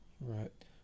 right